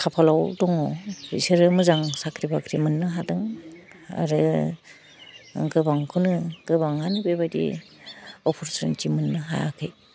खाफालाव दङ बिसोरो मोजां साख्रि बाख्रि मोन्नो हादों आरो गोबांखौनो गोबाङानो बेबायदि अपरसुनेटि मोन्नो हायाखै